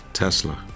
Tesla